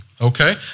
Okay